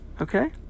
Okay